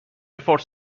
فارس